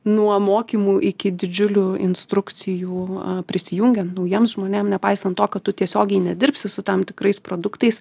nuo mokymų iki didžiulių instrukcijų prisijungiant naujiems žmonėm nepaisant to kad tu tiesiogiai nedirbsi su tam tikrais produktais